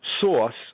source